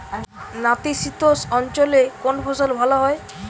নাতিশীতোষ্ণ অঞ্চলে কোন ফসল ভালো হয়?